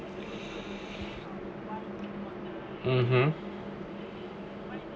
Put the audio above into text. (uh huh)